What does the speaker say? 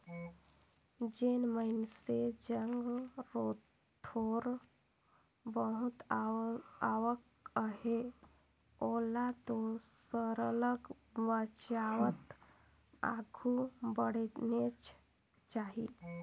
जेन मइनसे जग थोर बहुत आवक अहे ओला तो सरलग बचावत आघु बढ़नेच चाही